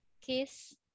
Kiss